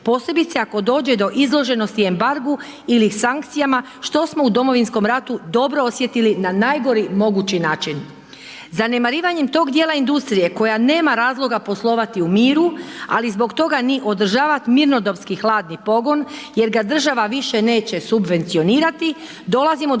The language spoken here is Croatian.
posebice ako dođe do izloženosti embargu ili sankcijama što smo u Domovinskom ratu dobro osjetili na najgori mogući način. Zanemarivanjem tog dijela industrije koja nema razloga poslovati u miru ali zbog toga ni održavati mirnodopski hladni pogon jer ga država više neće subvencionirati dolazimo do